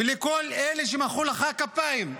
ולכל אלה שמחאו לך כפיים,